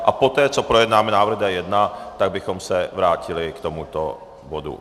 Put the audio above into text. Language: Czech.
A poté co projednáme návrh D1, tak bychom se vrátili k tomuto bodu.